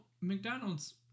McDonald's